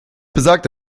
besagt